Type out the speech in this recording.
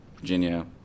Virginia